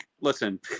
listen